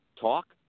talk